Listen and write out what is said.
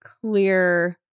clear